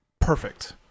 perfect